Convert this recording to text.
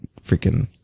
freaking